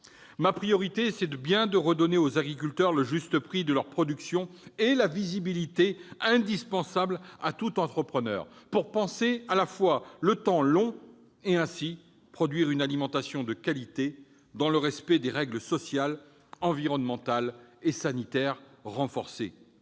Ma priorité est bien de redonner aux agriculteurs le juste prix de leur production et la visibilité indispensable à tout entrepreneur pour penser le temps long et produire ainsi une alimentation de qualité, dans le respect de règles sociales, environnementales et sanitaires renforcées.